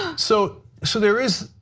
so so there is,